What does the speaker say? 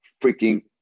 freaking